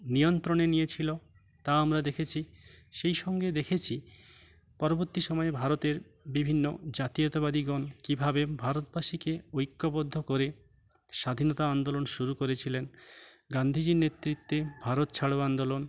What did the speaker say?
নিয়ন্ত্রণে নিয়েছিলো তা আমরা দেখেছি সেই সঙ্গে দেখেছি পরবর্তী সময় ভারতের বিভিন্ন জাতীয়তাবাদীগন কীভাবে ভারতবাসীকে ঐক্যবদ্ধ করে স্বাধীনতা আন্দোলন শুরু করেছিলেন গান্ধীজির নেতৃত্বে ভারত ছাড়ো আন্দোলন